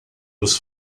dos